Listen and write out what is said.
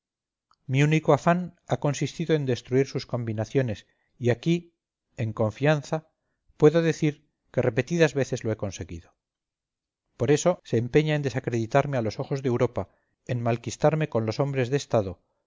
mi único afán ha consistido en destruir sus combinaciones y aquí en confianza puedo decir que repetidas veces lo he conseguido por eso se empeña en desacreditarme a los ojos de europa en malquistarme con los hombres de estado